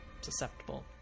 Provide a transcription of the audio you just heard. susceptible